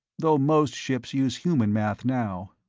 though most ships use human math now.